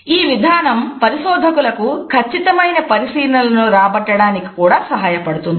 ఈ విధానం పరిశోధకులు ఖచ్చితమైన పరిశీలనలను రాబట్టడానికి కూడా సహాయపడుతుంది